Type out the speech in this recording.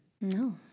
No